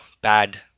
bad